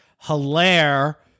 Hilaire